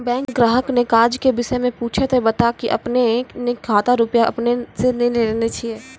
Bank ग्राहक ने काज के विषय मे पुछे ते बता की आपने ने कतो रुपिया आपने ने लेने छिए?